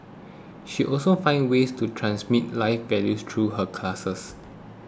she also finds ways to transmit life values through her classes